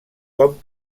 com